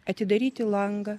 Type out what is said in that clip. atidaryti langą